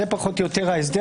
זה ההסדר.